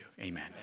Amen